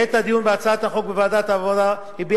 בעת הדיון בהצעת החוק בוועדת העבודה הביע